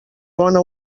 bona